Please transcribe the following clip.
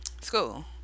school